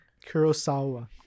Kurosawa